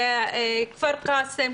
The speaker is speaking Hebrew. כפר קאסם,